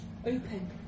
open